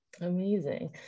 amazing